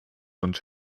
und